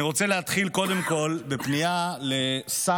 אני רוצה להתחיל קודם כול בפנייה לשר